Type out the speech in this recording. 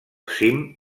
cim